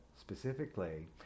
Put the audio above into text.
specifically